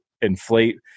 inflate